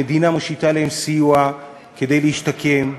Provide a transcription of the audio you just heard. המדינה מושיטה להם סיוע כדי להשתקם,